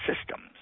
systems